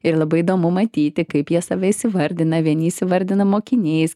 ir labai įdomu matyti kaip jie save įsivardina vieni įsivardina mokiniais